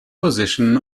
position